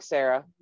Sarah